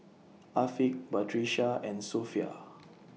Afiq Batrisya and Sofea